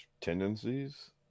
tendencies